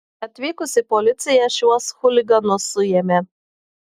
atvykusi policija šiuos chuliganus suėmė